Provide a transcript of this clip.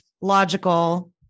logical